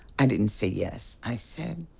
i didn't say yes, i said,